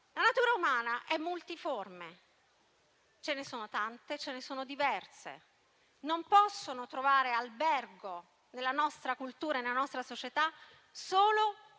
La natura umana è multiforme e le forme sono tante e sono diverse. Non possono trovare albergo nella nostra cultura e nella nostra società solo